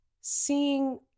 seeing